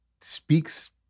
speaks